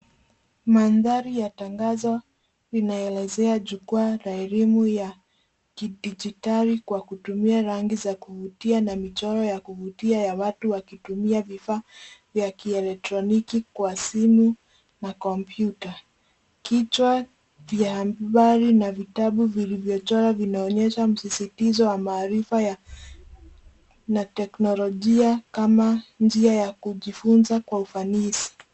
Maandari ya tangazo vinaelezea kuwa na elimu ya kidigitali kwa kutumia rangi za kuvutia na michoro ya kuvutia ya watu wakitumia vifaa vya kieletroniki kwa simu na kompyuta. Kichwa vya mbali na vitabu vilivyochorwa vinaonyesha mzizitizo wa maarifa ya na teknolojia kama njia ya kujifunza kwa ufanisi.